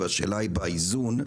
השאלה היא באיזון,